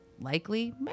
likely